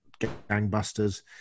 gangbusters